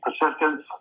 persistence